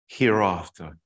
hereafter